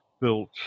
built